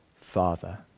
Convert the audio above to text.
Father